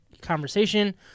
conversation